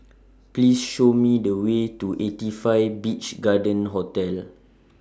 Please Show Me The Way to eighty five Beach Garden Hotel